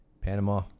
Panama